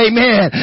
Amen